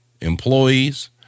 employees